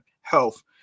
health